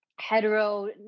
hetero